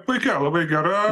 puiki labai gera